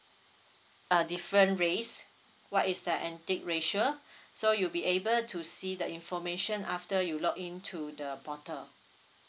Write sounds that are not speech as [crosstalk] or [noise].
a different race what is the ethnic ratio [breath] so you'll be able to see the information after you log in to the portal